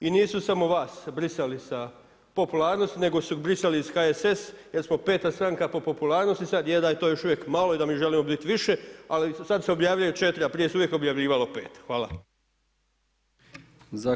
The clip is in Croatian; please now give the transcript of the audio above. I nisu samo vas brisali sa popularnosti, nego su brisali i HSS jer smo 5. stranka po popularnosti, sada je da je to još uvijek malo i da mi želimo biti više, ali sada se objavljuje 4, a prije se uvijek objavljivalo 5. Hvala.